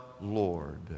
Lord